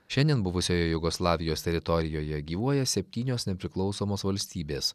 šiandien buvusioje jugoslavijos teritorijoje gyvuoja septynios nepriklausomos valstybės